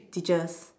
teachers